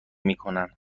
میکنن